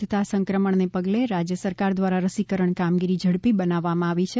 વધતાં સંક્રમણને પગલે રાજય સરકાર દ્વારા રસીકરણ કામગીરી ઝડપી બનાવવામાં આવી છે